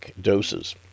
doses